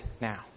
now